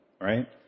right